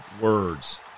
words